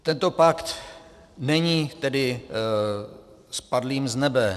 Tento pakt není tedy spadlým z nebe.